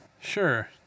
sure